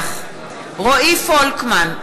רועי פולקמן,